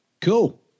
cool